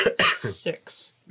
Six